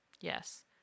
Yes